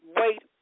Wait